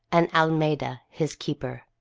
and almeda his keeper.